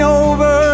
over